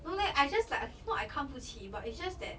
no leh I just like is not I 看不起 but it's just that